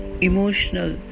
emotional